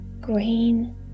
green